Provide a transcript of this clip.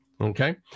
Okay